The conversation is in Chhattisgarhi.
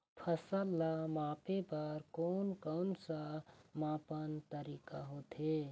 फसल ला मापे बार कोन कौन सा मापन तरीका होथे?